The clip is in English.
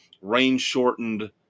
rain-shortened